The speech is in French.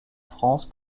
france